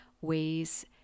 ways